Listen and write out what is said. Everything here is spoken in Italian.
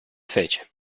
fece